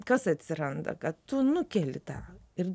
kas atsiranda kad tu nukeli tą ir